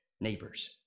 neighbors